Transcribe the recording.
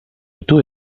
ditu